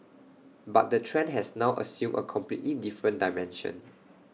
but the trend has now assumed A completely different dimension